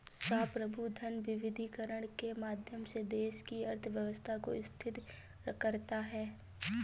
संप्रभु धन विविधीकरण के माध्यम से देश की अर्थव्यवस्था को स्थिर करता है